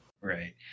Right